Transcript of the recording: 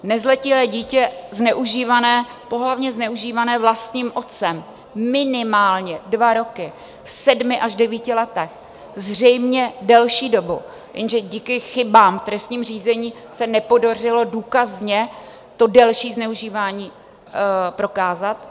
Nezletilé dítě zneužívané, pohlavně zneužívané vlastním otcem minimálně dva roky, v sedmi až devíti letech, zřejmě delší dobu, jenže díky chybám v trestním řízení se nepodařilo důkazně to delší zneužívání prokázat.